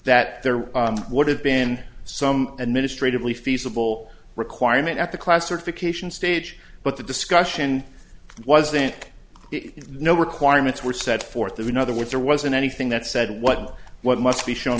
that there would have been some administratively feasible requirement at the classification stage but the discussion was think no requirements were set forth in other words there wasn't anything that said what what must be shown